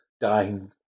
dying